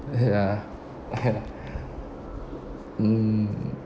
ya ya mm